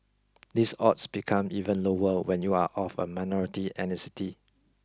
these odds become even lower when you are of a minority ethnicity